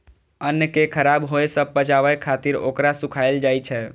अन्न कें खराब होय सं बचाबै खातिर ओकरा सुखायल जाइ छै